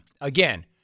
again